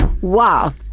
Wow